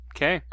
Okay